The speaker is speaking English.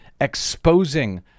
exposing